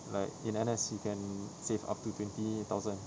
like in N_S you can save up to twenty thousand